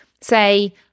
say